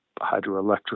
hydroelectric